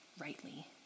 rightly